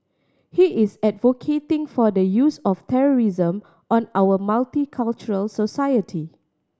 he is advocating for the use of terrorism on our multicultural society